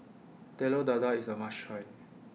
Telur Dadah IS A must Try